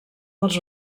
els